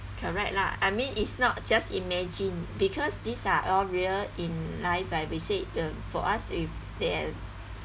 correct lah I mean it's not just imagine because these are all real in life right we said uh for us with them